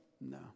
no